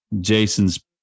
Jason's